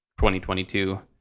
2022